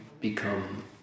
become